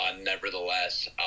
nevertheless